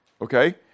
Okay